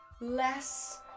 less